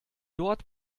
dort